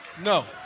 No